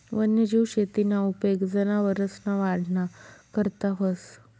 वन्यजीव शेतीना उपेग जनावरसना वाढना करता व्हस